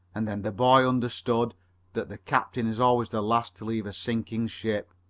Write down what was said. and then the boy understood that the captain is always the last to leave a sinking ship.